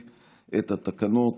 אנחנו עוברים לנושא הבא על סדר-היום, תקנות